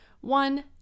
One